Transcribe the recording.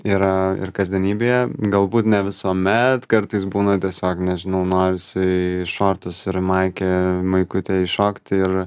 yra ir kasdienybėje galbūt ne visuomet kartais būna tiesiog nežinau norisi į šortus ir į maikę maikutę įšokt ir